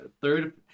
Third